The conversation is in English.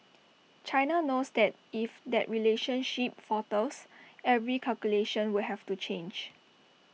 China knows that if that relationship falters every calculation will have to change